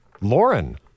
Lauren